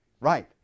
Right